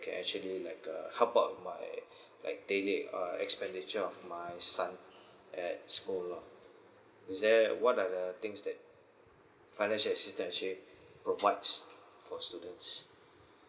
you can actually like uh help out with my like daily uh expenditure of my son at school lah is there what are the things that financial assistance that actually provides for students